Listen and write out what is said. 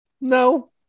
no